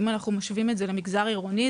אם אנחנו משווים את זה למגזר עירוני,